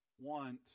want